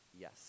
yes